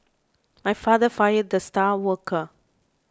my father fired the star worker